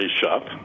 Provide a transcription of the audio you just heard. shop